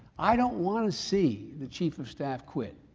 i don't want to see the chief of staff quit.